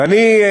ואני,